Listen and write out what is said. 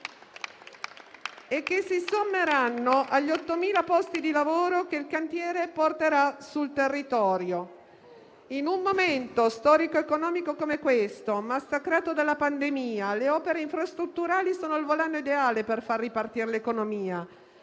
e che si sommeranno agli 8.000 posti di lavoro che il cantiere porterà sul territorio. In un momento storico economico come quell'attuale, massacrato dalla pandemia, le opere infrastrutturali sono il volano ideale per far ripartire l'economia.